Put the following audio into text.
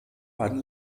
beiden